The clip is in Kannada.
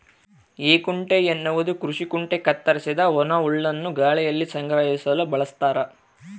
ಹೇಕುಂಟೆ ಎನ್ನುವುದು ಕೃಷಿ ಕುಂಟೆ ಕತ್ತರಿಸಿದ ಒಣಹುಲ್ಲನ್ನು ಗಾಳಿಯಲ್ಲಿ ಸಂಗ್ರಹಿಸಲು ಬಳಸ್ತಾರ